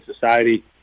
society